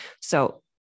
So-